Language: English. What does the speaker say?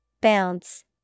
Bounce